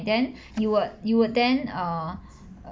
then you would you would then err